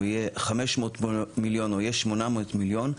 יהיה 500 מיליון או יהיה 800 מיליון,